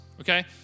okay